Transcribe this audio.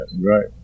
right